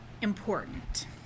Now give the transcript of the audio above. important